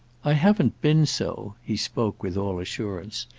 i haven't been so he spoke with all assurance.